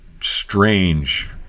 strange